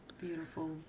beautiful